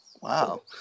Wow